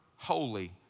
Holy